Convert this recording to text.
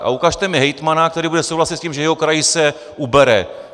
A ukažte mi hejtmana, který bude souhlasit s tím, že jeho kraji se ubere.